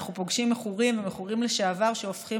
אנחנו פוגשים מכורים ומכורים לשעבר שהופכים